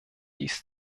dies